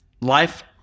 life